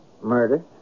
murder